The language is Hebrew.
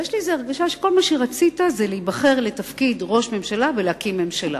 ונדמה לי שכל מה שרצית זה להיבחר לתפקיד ראש הממשלה ולהקים ממשלה.